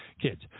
Kids